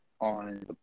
on